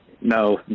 No